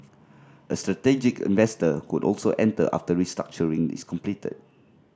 a strategic investor could also enter after restructuring is completed